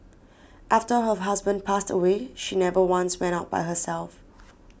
after her husband passed away she never once went out by herself